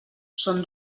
són